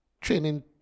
training